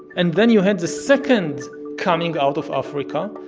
and then you had the second coming out of africa,